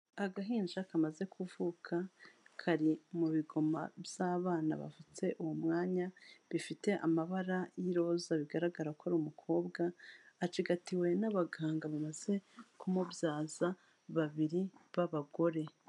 Agahinja kamaze kuvuka, kari mu bigoma by'abana bavutse uwo mwanya, bifite amabara y'iroza bigaragara ko ari umukobwa, acigatiwe n'abaganga bamaze ku mubyaza babiri b'abagore.